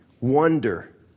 wonder